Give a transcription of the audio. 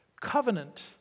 Covenant